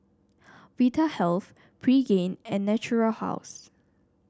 Vitahealth Pregain and Natura House